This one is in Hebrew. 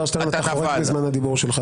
חבר הכנסת אלעזר שטרן, אתה חורג מזמן הדיבור שלך.